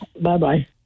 Bye-bye